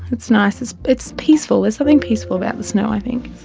it's nice, it's it's peaceful, there's something peaceful about the snow i think.